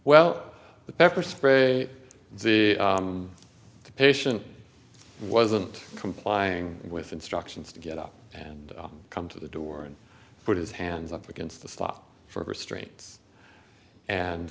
well the pepper spray the patient wasn't complying with instructions to get up and come to the door and put his hands up against the slot for restraints